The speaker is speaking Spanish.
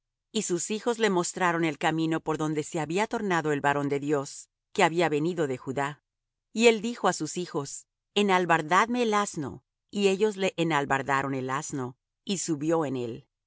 y sus hijos le mostraron el camino por donde se había tornado el varón de dios que había venido de judá y él dijo á sus hijos enalbardadme el asno y ellos le enalbardaron el asno y subió en él